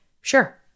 Sure